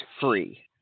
free